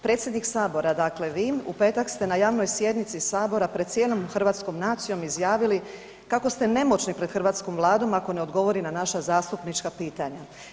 Predsjednik Sabora, dakle vi u petak ste na javnoj sjednici Sabora pred cijelom hrvatskom nacijom izjavili kako ste nemoćni pred hrvatskom Vladom ako ne odgovori na naša zastupnička pitanja.